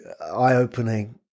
eye-opening